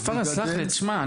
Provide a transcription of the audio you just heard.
אז פארס סלח לי תשמע,